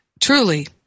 truly